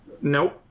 Nope